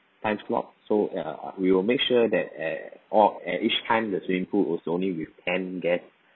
time slot so ya uh we will make sure that eh or at each time the swimming pool is only with ten guests